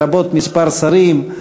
לרבות כמה שרים,